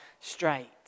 straight